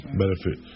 benefit